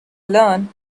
learn